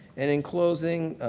and in closing,